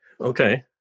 Okay